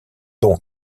donc